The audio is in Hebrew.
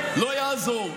לא יעזור.